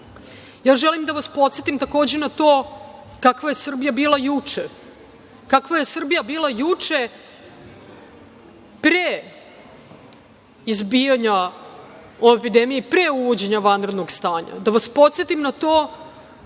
ja želim da vas podsetim, takođe, na to kakva je Srbija bila juče, kakva je Srbija bila juče pre izbijanja ove epidemije i pre uvođenja vanrednog stanja. Želim da vas podsetim na to